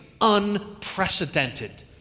unprecedented